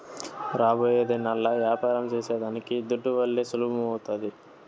రాబోయేదినాల్ల యాపారం సేసేదానికి దుడ్డువల్లే సులభమౌతాది